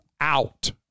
out